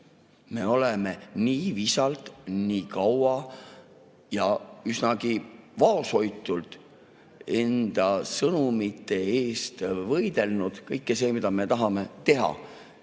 me oleme nii visalt, nii kaua ja üsnagi vaoshoitult enda sõnumite eest võidelnud – kõik see, mida me tahame teha.